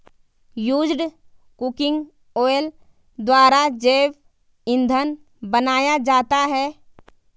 used cooking oil द्वारा जैव इंधन बनाया जाता है